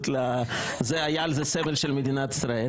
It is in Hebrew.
היה עליו סמל של מדינת ישראל